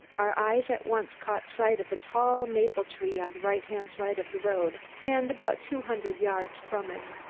our eyes at once caught sight of a tall maple tree, on the right-hand side of the road and about two hundred yards from it.